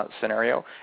scenario